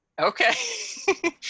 Okay